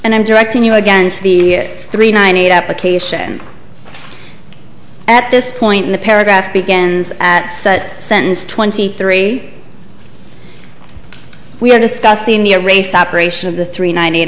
and i'm directing you against the three ninety eight application at this point in the paragraph begins at such sentence twenty three we are discussing the a race operation of the three ninety eight